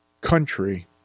country